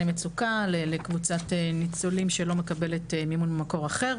מצוקה לקבוצת ניצולים שלא מקבלת מימון ממקור אחר,